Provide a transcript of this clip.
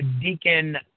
Deacon